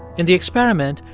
in the experiment,